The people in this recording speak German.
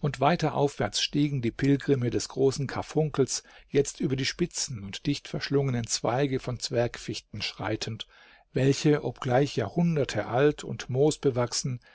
und weiter aufwärts stiegen die pilgrime des großen karfunkels jetzt über die spitzen und dicht verschlungenen zweige von zwergfichten schreitend welche obgleich jahrhunderte alt und moosbewachsen